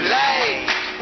light